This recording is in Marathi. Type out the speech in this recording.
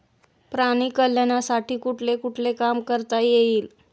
प्राणी कल्याणासाठी कुठले कुठले काम करता येईल?